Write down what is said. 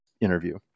interview